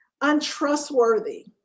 untrustworthy